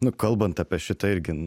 nu kalbant apie šitą irgi